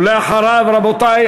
רבותי,